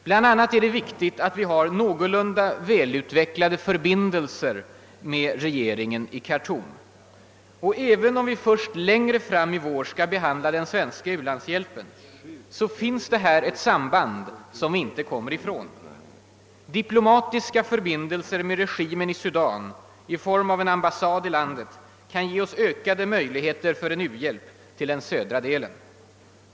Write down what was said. Bland annat är det viktigt att vi har någorlunda välutvecklade förbindelser med regeringen i Khartoum. även om vi först längre fram i vår skall behandla den svenska u-landshjälpen, finns här ett samband som vi inte kommer ifrån. Diplomatiska förbindelser med regimen i Sudan i form av en ambassad i landet kan ge oss ökade möjligheter till u-hjälp i den södra delen.